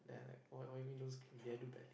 then I like what what you mean don't scream did I do badly